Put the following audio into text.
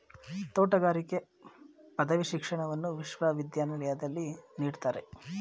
ತೋಟಗಾರಿಕೆ ಪದವಿ ಶಿಕ್ಷಣವನ್ನು ವಿಶ್ವವಿದ್ಯಾಲಯದಲ್ಲಿ ನೀಡ್ತಾರೆ